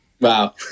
Wow